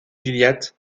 gilliatt